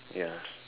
ya